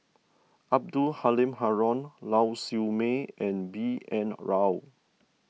Abdul Halim Haron Lau Siew Mei and B N Rao